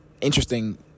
interesting